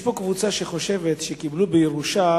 יש פה קבוצה שחושבת שקיבלו בירושה